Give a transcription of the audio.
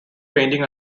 painting